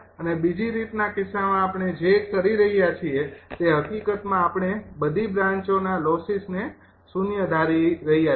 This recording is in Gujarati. અને બીજી રીત ના કિસ્સામાં આપણે જે કરી રહ્યા છીએ તે હકીકતમાં આપણે બધી બ્રાંચોના લોસિસ ને 0 ધારી રહ્યા છીએ